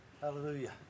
Hallelujah